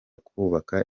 kubaka